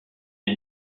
des